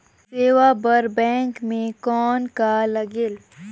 सेवा बर बैंक मे कौन का लगेल?